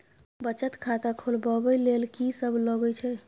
बचत खाता खोलवैबे ले ल की सब लगे छै?